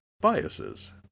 biases